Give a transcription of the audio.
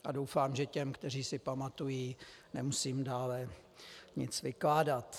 A doufám, že těm, kteří si pamatují, nemusím dále nic vykládat.